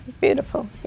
beautiful